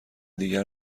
دیگر